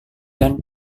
dan